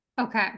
Okay